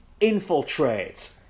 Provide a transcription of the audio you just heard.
infiltrate